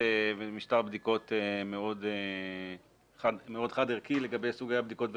ומשטר בדיקות מאוד חד ערכי לגבי סוגי הבדיקות ומועדיהם.